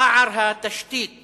פער התשתית